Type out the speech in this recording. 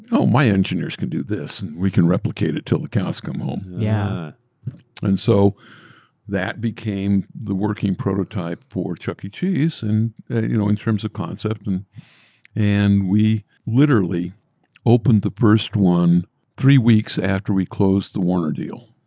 my engineers can do this and we can replicate it till the cows come home. a yeah and so that became the working prototype for chuck e. cheese and you know in terms of concept. and and we literally opened the first one three weeks after we closed the warner deal.